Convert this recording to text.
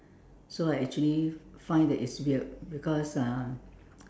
so I actually find that it's weird because um